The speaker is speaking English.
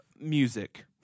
music